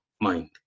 mind